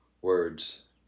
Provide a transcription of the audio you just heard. words